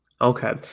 Okay